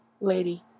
Lady